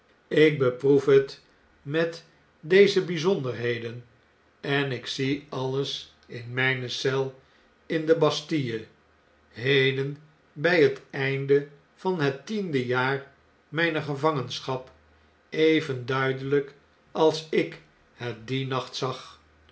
ik beproef het met deze bflzonderheden en ik zie alles in mjjne eel in de bastille heden bjj het einde van het tiendejaar myner gevangenschap even duidelijk alsik het dien nacht zag